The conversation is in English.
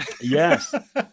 yes